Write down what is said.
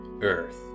Earth